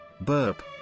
Burp